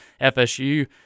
FSU